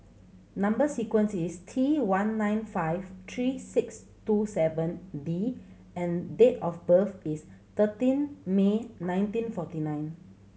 number sequence is T one nine five three six two seven D and date of birth is thirteen May nineteen forty nine